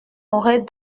aurait